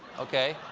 okay.